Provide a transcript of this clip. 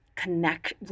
connect